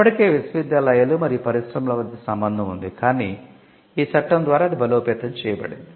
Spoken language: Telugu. అప్పటికే విశ్వవిద్యాలయాలు మరియు పరిశ్రమల మధ్య సంబంధం ఉంది కానీ ఈ చట్టం ద్వారా అది బలోపేతం చేయబడింది